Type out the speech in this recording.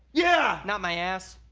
yeah! not my ass.